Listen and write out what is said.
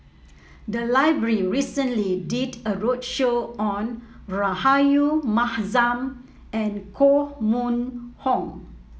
the library recently did a roadshow on Rahayu Mahzam and Koh Mun Hong